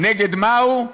נגד מה הוא?